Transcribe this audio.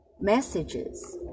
messages